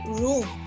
room